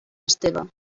esteve